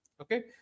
Okay